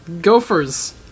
gophers